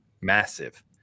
massive